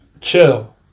chill